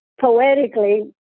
poetically